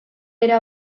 era